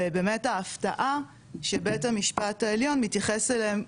ובאמת ההפתעה שבית המשפט העליון מתייחס אליהם